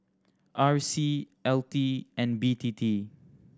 R C L T and B T T